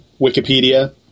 Wikipedia